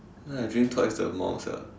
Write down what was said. then I drink twice the amount sia